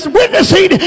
witnessing